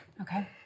Okay